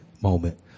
moment